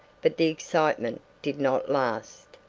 but the excitement did not last.